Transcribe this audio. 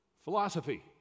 Philosophy